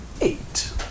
eight